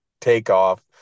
takeoff